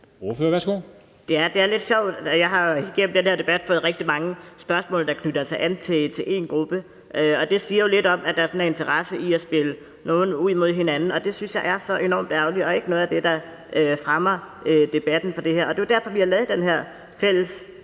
Det er lidt sjovt: Jeg har igennem den her debat fået rigtig mange spørgsmål, der knytter an til én gruppe, og det siger jo lidt om, at der sådan er interesse i at spille nogle ud mod hinanden, og det synes jeg er så enormt ærgerligt og noget, der ikke fremmer debatten om det her. Det er jo derfor, vi har lavet det her fælles